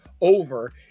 over